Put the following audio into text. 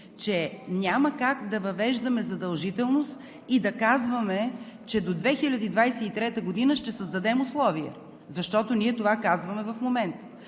че няма как да въвеждаме задължителност и да казваме, че до 2023 г. ще създадем условия, защото ние това казваме в момента.